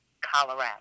Colorado